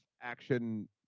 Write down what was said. action